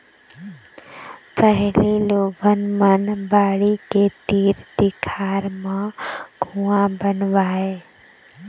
पहिली लोगन मन बाड़ी के तीर तिखार म कुँआ बनवावय